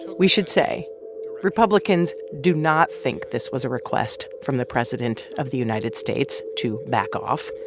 we should say republicans do not think this was a request from the president of the united states to back off.